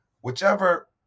whichever